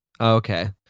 okay